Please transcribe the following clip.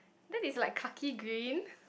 that is like khaki green